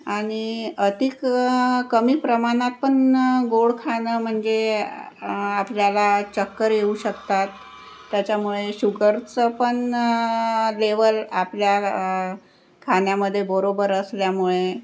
आणि अति क कमी प्रमाणात पण गोड खाणं म्हणजे आपल्याला चक्कर येऊ शकतात त्याच्यामुळे शुगरचं पण लेवल आपल्या खाण्यामध्ये बरोबर असल्यामुळे